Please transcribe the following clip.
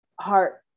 heart